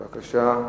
בבקשה,